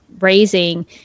raising